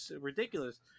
ridiculous